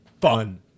fun